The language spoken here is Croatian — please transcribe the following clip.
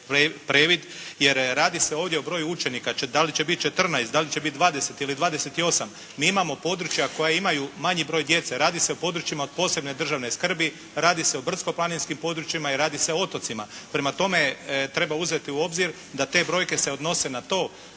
jer radi se ovdje o broju učenika. Da li će biti 14, da li će biti 20 ili 28, mi imamo područja koja imaju manji broj djece. Radi se o područjima od posebne državne skrbi, radi se o brdsko-planinskim područjima i radi se o otocima. Prema tome, treba uzeti u obzir da te brojke se odnose na to,